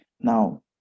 Now